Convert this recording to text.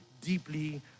deeply